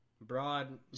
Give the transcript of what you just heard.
Broad